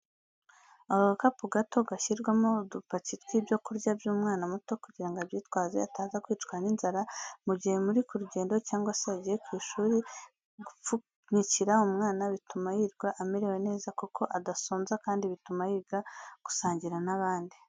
Agakapu gato gashyirwamo udupaki tw'ibyo kurya by'umwana muto kugirango abyitwaze ataza kwicwa n'inzara mu gihe muri ku rugendo cyangwa se yagiye ku ishuri, gupfunyikira umwana bituma yirirwa amerewe neza kuko adasonza kandi bituma yiga gusangira n'abandi.